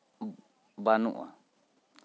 ᱵᱟᱹᱱᱩᱜᱼᱟ